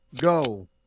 go